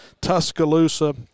Tuscaloosa